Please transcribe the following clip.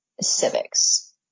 civics